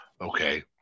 okay